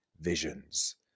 visions